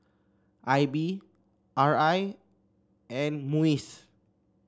I B R I and MUIS